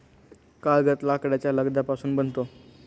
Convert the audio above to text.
कागद लाकडाच्या लगद्यापासून बनतो